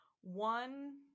One